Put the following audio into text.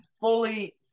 fully